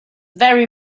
very